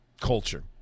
culture